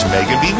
Megan